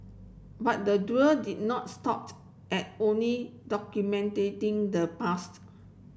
but the duo did not stopped at only the past